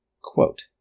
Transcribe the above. Quote